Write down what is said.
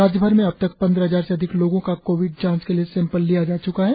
राज्य भर में अब तक पंद्रह हजार से अधिक लोगों का कोविड जांच के लिए सैंपल लिया जा चुका हैं